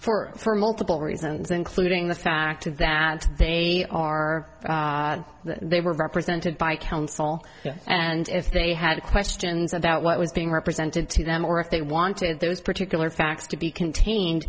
for multiple reasons including the fact that they are that they were represented by counsel and if they had questions about what was being represented to them or if they wanted those particular facts to be contained